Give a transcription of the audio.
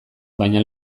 baina